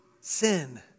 sin